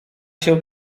się